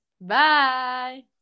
Bye